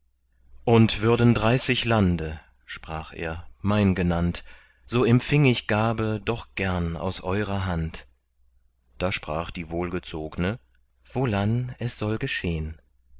und würden dreißig lande sprach er mein genannt so empfing ich gabe doch gern aus eurer hand da sprach die wohlgezogne wohlan es soll geschehn